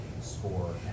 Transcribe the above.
score